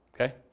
okay